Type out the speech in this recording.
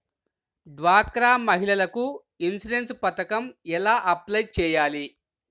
డ్వాక్రా మహిళలకు ఇన్సూరెన్స్ పథకం ఎలా అప్లై చెయ్యాలి?